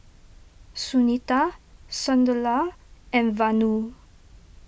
Sunita Sunderlal and Vanu